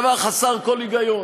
ודבר חסר היגיון.